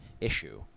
issue